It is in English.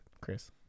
chris